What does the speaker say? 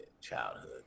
childhood